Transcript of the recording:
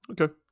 okay